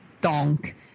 Donk